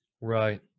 Right